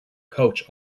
coach